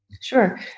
Sure